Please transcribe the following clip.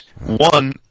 One